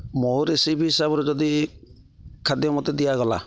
ମୋ ରେସିପି ହିସାବରେ ଯଦି ଖାଦ୍ୟ ମୋତେ ଦିଆଗଲା